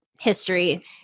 History